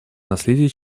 наследие